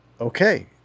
okay